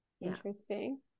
interesting